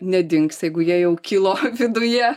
nedings jeigu jie jau kilo viduje